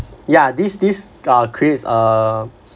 ya this this uh creates a